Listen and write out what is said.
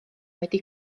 wedi